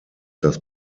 das